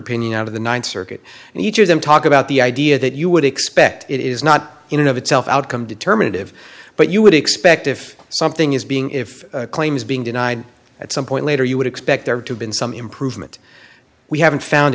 opinion out of the th circuit and each of them talk about the idea that you would expect it is not in of itself outcome determinative but you would expect if something is being if claims being denied at some point later you would expect there to been some improvement we haven't found